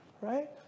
right